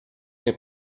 che